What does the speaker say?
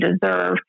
deserve